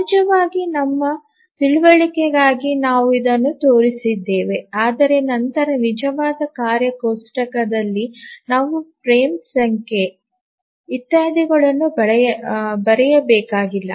ಸಹಜವಾಗಿ ನಮ್ಮ ತಿಳುವಳಿಕೆಗಾಗಿ ನಾವು ಇದನ್ನು ತೋರಿಸಿದ್ದೇವೆ ಆದರೆ ನಂತರ ನಿಜವಾದ ಕಾರ್ಯ ಕೋಷ್ಟಕದಲ್ಲಿ ನಾವು ಫ್ರೇಮ್ ಸಂಖ್ಯೆ ಇತ್ಯಾದಿಗಳನ್ನು ಬರೆಯಬೇಕಾಗಿಲ್ಲ